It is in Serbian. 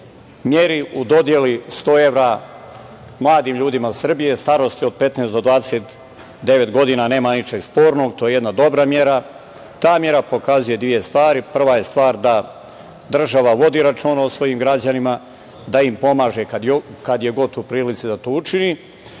meri u dodeli 100 evra mladim ljudima Srbije starosti od 16 do 29 godina nema ničeg spornog, to je jedna dobra mera. Ta mera pokazuje dve stvari. Prva je stvar da država vodi računa o svojim građanima, da im pomaže kad god je u prilici da to učini,